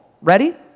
Ready